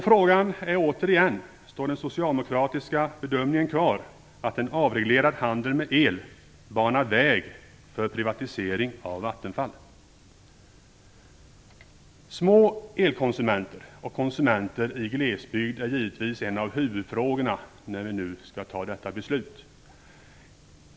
Frågan är återigen: Står den socialdemokratiska bedömningen kvar att en avreglerad handel med el banar väg för privatisering av Vattenfall? Små elkonsumenter och konsumenter i glesbygd är givetvis en av huvudfrågorna när vi nu skall fatta detta beslut.